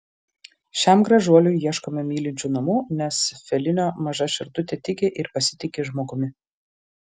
šiam gražuoliui ieškome mylinčių namų nes felinio maža širdutė tiki ir pasitiki žmogumi